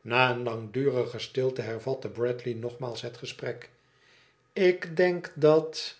na eene langdurige stilte hervatte bradley nogmaals het gesprek ik denk dat